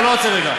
לא, לא רוצה רגע.